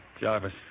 Jarvis